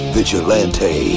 Vigilante